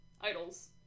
idols